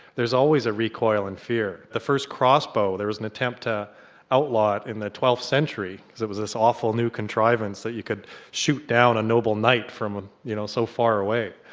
there's always a recoil in fear. the first cross bow there was an attempt to outlaw it in the twelfth century because it was this awful new contrivance that you could shoot down a noble knight from, you know, so far away.